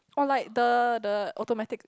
or like the the automatic